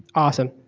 awesome.